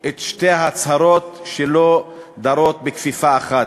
שתי ההצהרות שלא דרות בכפיפה אחת?